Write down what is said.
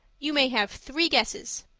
you may have three guesses.